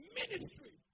ministry